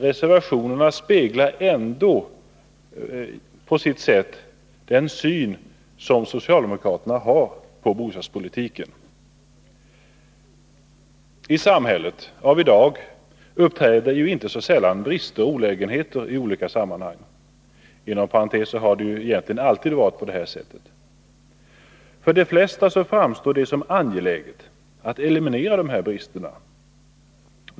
Reservationerna speglar ändå på sitt sätt den syn som socialdemokraterna har på bostadspolitiken. I samhället av i dag uppträder inte så sällan brister och olägenheter i olika sammanhang. Inom parentes sagt har det ju egentligen alltid varit så. För de flesta framstår det som angeläget att eliminera dessa brister.